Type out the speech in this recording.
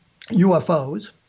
UFOs